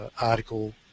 article